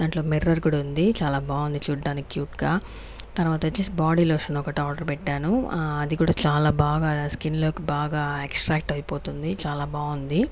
దాంట్లో మిర్రర్ కూడా ఉంది చాలా బాగుంది చూడ్డానికి క్యూట్ గా తర్వాత వచ్చేసి బాడీ లోషన్ ఒకటి ఆర్డర్ పెట్టాను అది కూడా చాలా బాగా స్కిన్ లోకి బాగా ఎక్స్ట్రాక్ట్ అయిపోతుంది చాలా బాగుంది